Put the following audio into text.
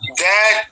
dad